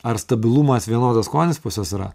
ar stabilumas vienodas skonis pas juos yra